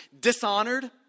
Dishonored